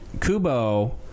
Kubo